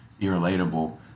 irrelatable